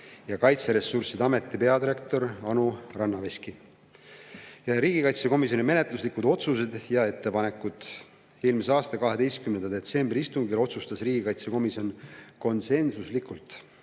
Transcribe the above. ja Kaitseressursside Ameti peadirektor Anu Rannaveski. Riigikaitsekomisjoni menetluslikud otsused ja ettepanekud. Eelmise aasta 12. detsembri istungil otsustas riigikaitsekomisjon konsensuslikult